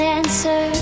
answer